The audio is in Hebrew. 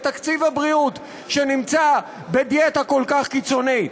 בתקציב הבריאות שנמצא בדיאטה כל כך קיצונית?